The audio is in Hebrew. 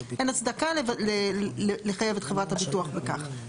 אין הצדקה לחייב את חברת הביטוח על כך.